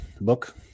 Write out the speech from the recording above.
book